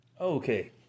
Okay